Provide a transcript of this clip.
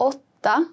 Åtta